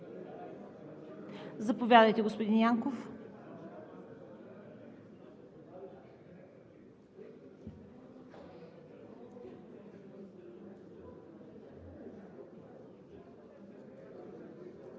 Заповядайте, господин Янков.